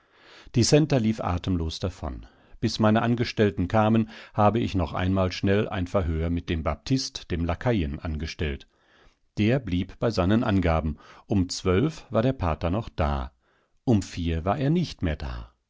die centa lief atemlos davon bis meine angestellten kamen habe ich noch einmal schnell ein verhör mit dem baptist dem laquaien angestellt der blieb bei seinen angaben um zwölf war der pater noch da um vier war er nicht mehr da